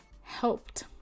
Helped